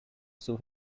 sue